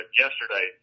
yesterday